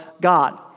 God